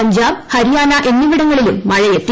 പഞ്ചാബ് ഹരിയാന എന്നിവിടങ്ങളിലും മുഴ് എത്തി